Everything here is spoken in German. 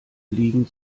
liegen